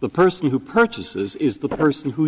the person who purchases is the person who